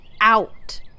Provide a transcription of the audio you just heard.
out